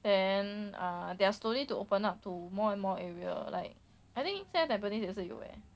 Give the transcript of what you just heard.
then ah they are slowly to open up to more and more area like I think 现在 tampines 也是有 leh